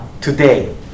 today